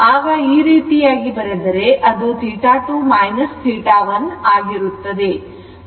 ಆಗ ಈ ರೀತಿಯಾಗಿ ಬರೆದರೆ ಅದು 2 1 ಆಗಿರುತ್ತದೆ